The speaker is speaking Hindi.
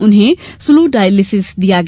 उन्हें स्लो डायलिसिस दिया गया